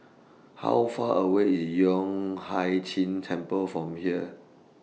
How Far away IS Yueh Hai Ching Temple from here